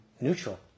neutral